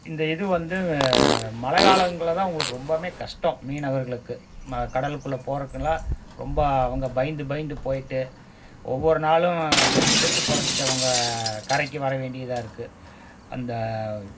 இந்த இது வந்து மழை காலங்கள்ல தான் அவங்களுக்கு ரொம்பமே கஷ்டம் மீனவர்களுக்கு மா கடலுக்குள்ளே போறக்கெல்லாம் ரொம்ப அவங்க பயந்து பயந்து போய்ட்டு ஒவ்வொரு நாளும் செத்து செத்து பொழைச்சிட்டு அவங்க கரைக்கு வர வேண்டியதாக இருக்குது அந்த